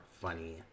funny